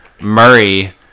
Murray